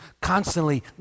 Constantly